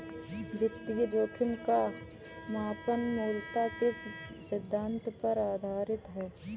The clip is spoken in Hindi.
वित्तीय जोखिम का मापन मूलतः किस सिद्धांत पर आधारित है?